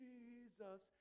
Jesus